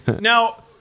Now